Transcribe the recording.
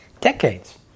decades